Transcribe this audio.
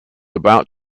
about